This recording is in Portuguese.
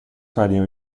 fariam